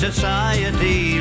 society